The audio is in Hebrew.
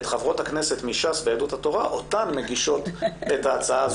את חברות הכנסת מש"ס ויהדות התורה מגישות את ההצעה הזו לדיון מהיר.